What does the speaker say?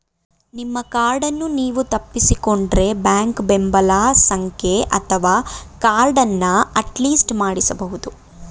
ನಿಮ್ಮ ಕಾರ್ಡನ್ನು ನೀವು ತಪ್ಪಿಸಿಕೊಂಡ್ರೆ ಬ್ಯಾಂಕ್ ಬೆಂಬಲ ಸಂಖ್ಯೆ ಅಥವಾ ಕಾರ್ಡನ್ನ ಅಟ್ಲಿಸ್ಟ್ ಮಾಡಿಸಬಹುದು